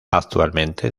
actualmente